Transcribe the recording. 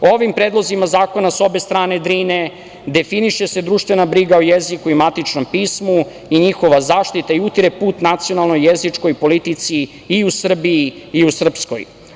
Ovim predlozima zakona s obe strane Drine definiše se društvena briga o jeziku i matičnom pismu i njihova zaštita i utire put nacionalnoj, jezičkoj politici i u Srbiji i u Srpskoj.